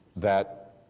that